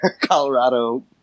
Colorado